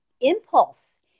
impulse